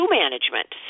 management